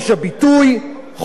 חופש העיתונות,